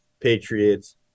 Patriots